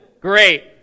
Great